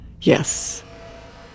Yes